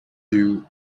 queue